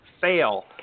fail